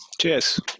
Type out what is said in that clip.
Cheers